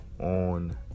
on